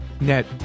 net